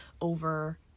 over